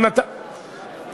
לא הסתכלתי על השעון.